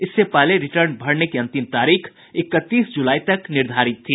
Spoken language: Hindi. इससे पहले रिटर्न भरने की अंतिम तारीख इकतीस जुलाई तक निर्धारित थी